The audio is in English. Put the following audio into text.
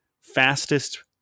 fastest